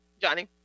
Johnny